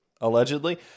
Allegedly